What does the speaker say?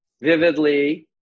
vividly